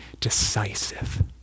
decisive